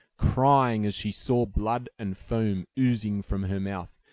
crying, as she saw blood and foam oozing from her mouth,